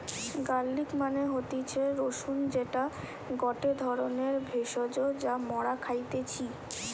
garlic মানে হতিছে রসুন যেটা গটে ধরণের ভেষজ যা মরা খাইতেছি